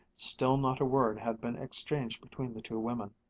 still not a word had been exchanged between the two women.